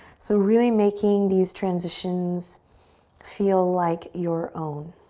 so really making these transitions feel like your own.